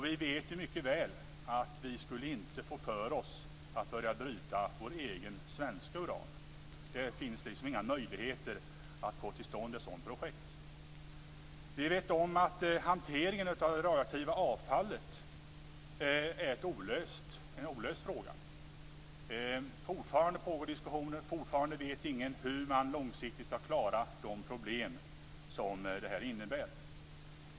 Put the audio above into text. Vi vet ju mycket väl att vi inte skulle få för oss att börja bryta vår egen svenska uran. Det finns inga möjligheter att få till stånd ett sådant projekt. Vi vet att hanteringen av det radioaktiva avfallet är ett olöst problem. Fortfarande pågår diskussioner, och fortfarande vet ingen hur man långsiktigt skall klara de problem som det innebär.